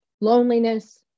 loneliness